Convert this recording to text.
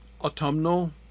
autumnal